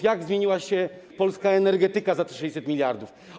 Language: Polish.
Jak zmieniła się polska energetyka za te 600 mld?